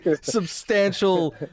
substantial